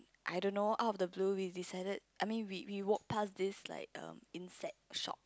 I don't know out of the blue we decided I mean we we walked past this like um insect shop